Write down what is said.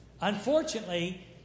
unfortunately